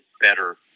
better